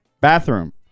Bathroom